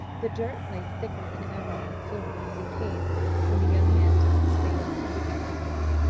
the dirt lay thicker than ever on the floor of the cave when the young man took the spade and began his work.